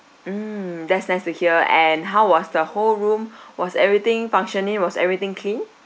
mm that's nice to hear and how was the whole room was everything functioning was everything clean